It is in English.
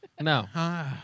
No